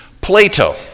Plato